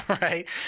right